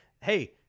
Hey